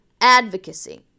advocacy